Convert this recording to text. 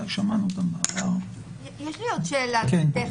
יש לי עוד שאלה טכנית.